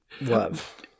Love